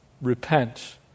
repent